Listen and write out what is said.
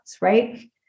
right